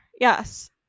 yes